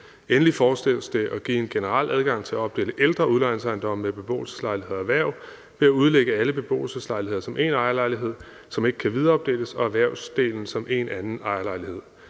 Endelig foreslås det at give en generel adgang til at opdele ældre udlejningsejendomme med beboelseslejligheder og erhverv ved at udlægge alle beboelseslejligheder som én ejerlejlighed, som ikke kan videreopdeles, og erhvervsdelen som én anden ejerlejlighed.